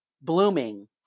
blooming